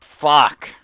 Fuck